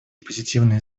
позитивные